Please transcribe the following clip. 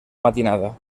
matinada